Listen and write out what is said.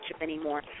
anymore